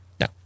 no